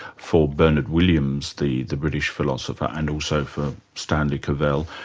for bernard williams, the the british philosopher, and also for stanley cavell.